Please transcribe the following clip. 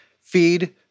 feed